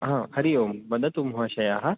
हा हरि ओं वदतु महाशयाः